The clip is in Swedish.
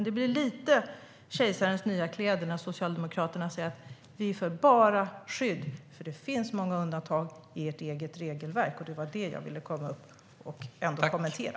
Det blir lite Kejsarens nya kläder när Socialdemokraterna säger att allt handlar om skydd för dem, för det finns många undantag i deras eget regelverk. Det var det jag ville gå upp och kommentera.